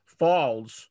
falls